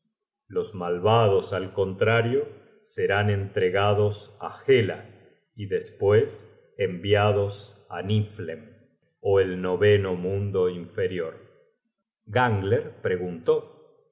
los malvados al contrario serán entregados á hela y despues enviados á niflhem ó el noveno mundo inferior gangler preguntó